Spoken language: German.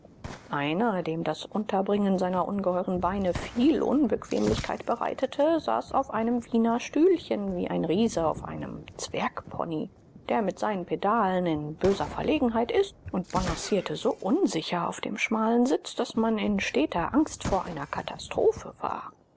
einer dem das unterbringen seiner ungeheuren beine viel unbequemlichkeit bereitete saß auf einem wiener stühlchen wie ein riese auf einem zwergpony der mit seinen pedalen in böser verlegenheit ist und balancierte so unsicher auf dem schmalen sitz daß man in steter angst vor einer katastrophe war